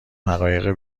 حقایق